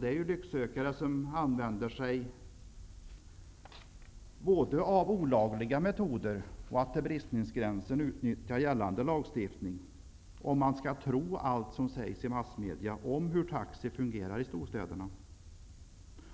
Det är lycksökare som både använder sig av olagliga metoder och till bristningsgränsen utnyttjar gällande lagstiftning, om man skall tro allt som sägs i massmedia om hur taxi fungerar i storstäderna.